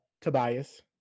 Tobias